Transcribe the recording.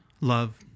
love